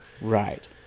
Right